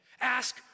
Ask